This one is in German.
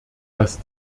dass